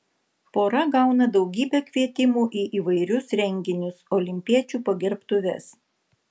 pora gauna daugybę kvietimų į įvairius renginius olimpiečių pagerbtuves